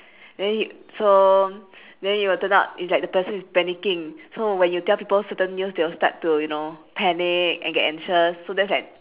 then it so then it would turn out it's like the person is panicking so when you tell people certain news they will start to you know panic and get anxious so that's like